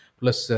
plus